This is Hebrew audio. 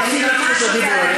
תפסידו את רשות הדיבור.